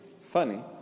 funny